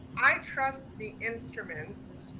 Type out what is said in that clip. i trust the instruments,